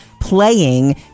playing